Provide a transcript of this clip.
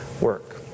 work